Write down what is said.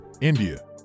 India